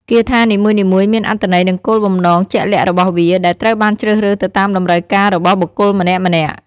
គាថានីមួយៗមានអត្ថន័យនិងគោលបំណងជាក់លាក់របស់វា ដែលត្រូវបានជ្រើសរើសទៅតាមតម្រូវការរបស់បុគ្គលម្នាក់ៗ។